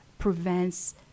prevents